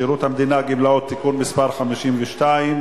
שירות המדינה (גמלאות) (תיקון מס' 52),